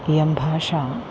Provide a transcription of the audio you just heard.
इयं भाषा